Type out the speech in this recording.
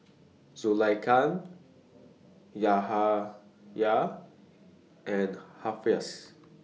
Zulaikha Yahaya and Hafsa